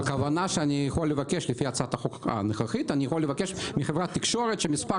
הכוונה היא שאני יכול לבקש לפי הצעת החוק הנוכחית מחברת התקשורת שמספר